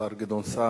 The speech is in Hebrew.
השר גדעון סער,